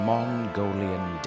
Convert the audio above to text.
Mongolian